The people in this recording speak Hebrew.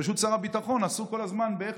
פשוט שר הביטחון עסוק כל הזמן באיך